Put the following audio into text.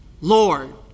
Lord